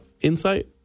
insight